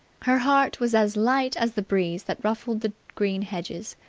her heart was as light as the breeze that ruffled the green hedges.